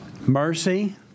Mercy